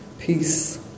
peace